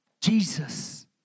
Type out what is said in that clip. Jesus